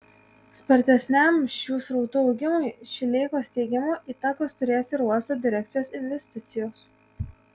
spartesniam šių srautų augimui šileikos teigimu įtakos turės ir uosto direkcijos investicijos